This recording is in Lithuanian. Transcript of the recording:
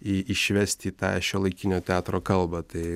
i išvest į tą šiuolaikinio teatro kalbą tai